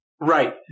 right